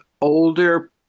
older